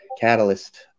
Catalyst